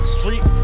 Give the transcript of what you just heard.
Street